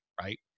right